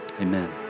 Amen